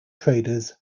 traders